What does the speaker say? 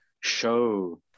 show